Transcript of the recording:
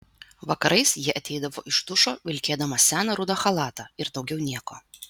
vakarais ji ateidavo iš dušo vilkėdama seną rudą chalatą ir daugiau nieko